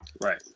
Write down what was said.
Right